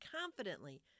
confidently